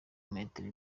metero